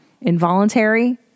Involuntary